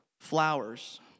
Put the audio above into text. flowers